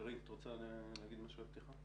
קארין, את רוצה להגיד משהו לפתיחה?